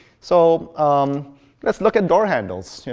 so um let's look at door handles.